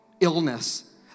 illness